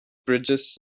bridges